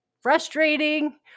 frustrating